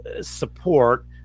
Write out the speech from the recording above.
support